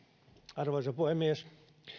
arvoisa puhemies